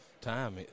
time